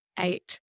eight